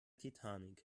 titanic